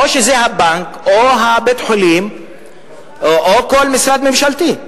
או שזה הבנק או בית-החולים או כל משרד ממשלתי?